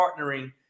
partnering